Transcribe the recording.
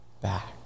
back